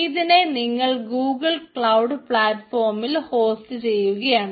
ഇതിനെ നിങ്ങൾ Google cloud പ്ലാറ്റ്ഫോമിൽ ഹോസ്റ്റ് ചെയ്യുകയാണ്